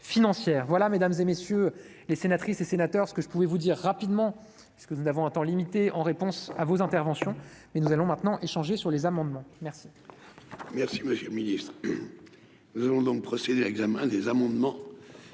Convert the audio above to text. voilà Mesdames et messieurs les sénatrices et sénateurs, ce que je pouvais vous dire rapidement parce que nous n'avons un temps limité, en réponse à vos interventions, mais nous allons maintenant échanger sur les amendements, merci.